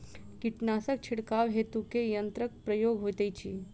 कीटनासक छिड़काव हेतु केँ यंत्रक प्रयोग होइत अछि?